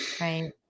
right